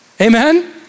Amen